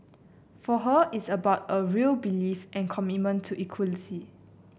for her it's about a real belief and commitment to equality